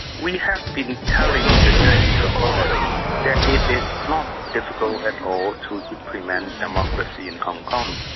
we have been telling the chinese authorities that it is not difficult at all to implement democracy in hong kong.